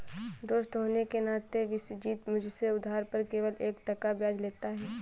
दोस्त होने के नाते विश्वजीत मुझसे उधार पर केवल एक टका ब्याज लेता है